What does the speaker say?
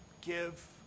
give